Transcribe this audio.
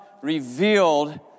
revealed